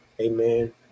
Amen